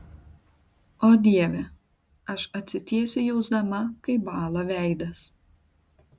o dieve aš atsitiesiu jausdama kaip bąla veidas